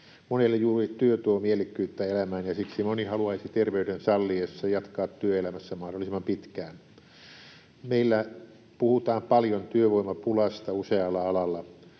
Monelle juuri työ tuo mielekkyyttä elämään, ja siksi moni haluaisi terveyden salliessa jatkaa työelämässä mahdollisimman pitkään. Meillä puhutaan paljon työvoimapulasta usealla alalla.